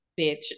bitch